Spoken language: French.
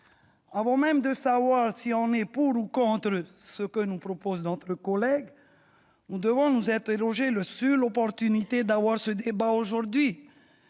Avant même de savoir si l'on est pour ou contre ce que nous propose notre collègue, nous devons nous interroger sur l'opportunité d'avoir ce débat aujourd'hui,